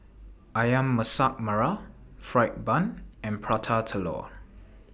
Ayam Masak Merah Fried Bun and Prata Telur